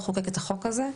הוא חוקק את החוק הזה,